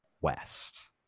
west